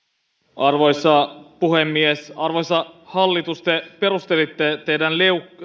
arvoisa puhemies arvoisa hallitus te perustelitte teidän